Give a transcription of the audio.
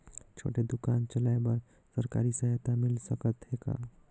छोटे दुकान चलाय बर सरकारी सहायता मिल सकत हे का?